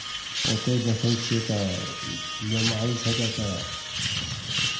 ओतहु देखै छियै तऽ बेमारी सभकेँ तऽ